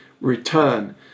return